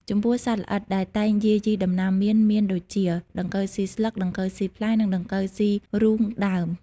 ចំពោះសត្វល្អិតដែលតែងយាយីដំណាំមៀនមានដូចជា ដង្កូវស៊ីស្លឹក ដង្កូវស៊ីផ្លែ និង ដង្កូវស៊ីរូងដើម។